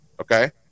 okay